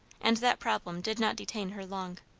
and that problem did not detain her long.